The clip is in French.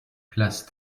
place